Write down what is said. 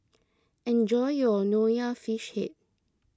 enjoy your Nonya Fish Head